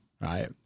Right